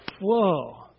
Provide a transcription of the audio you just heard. whoa